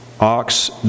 Ox